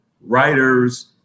writers